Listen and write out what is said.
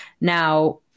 Now